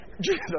Jesus